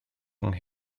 rhwng